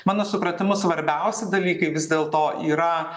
mano supratimu svarbiausi dalykai vis dėlto yra